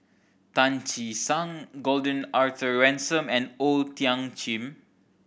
Tan Che Sang Gordon Arthur Ransome and O Thiam Chin